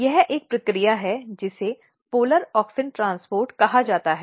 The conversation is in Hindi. यह एक प्रक्रिया है जिसे ध्रुवीय ऑक्सिन परिवहन कहा जाता है